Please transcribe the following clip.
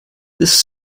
this